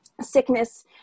sickness